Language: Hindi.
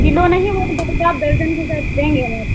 किलो नहीं वो भाई साहब दर्जन के हिसाब से देंगे हम आपको